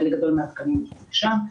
חלק גדול מן התקנים הגיעו לשם.